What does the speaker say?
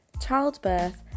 childbirth